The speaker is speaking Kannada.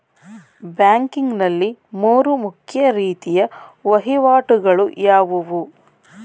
ಬ್ಯಾಂಕಿಂಗ್ ನಲ್ಲಿ ಮೂರು ಮುಖ್ಯ ರೀತಿಯ ವಹಿವಾಟುಗಳು ಯಾವುವು?